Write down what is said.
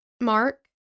Mark